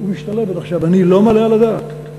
אני לא מעלה על הדעת,